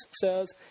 says